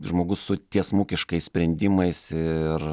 žmogus su tiesmukiškais sprendimais ir